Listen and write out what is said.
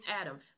Adam